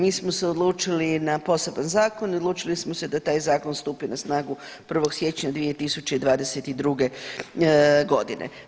Mi smo se odlučili na poseban zakon, odlučili smo se da taj zakon stupi na snagu 1. siječnja 2022.g.